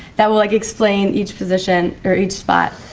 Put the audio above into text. that will like explain each position or each spot